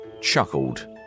chuckled